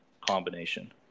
combination